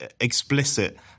explicit